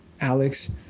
Alex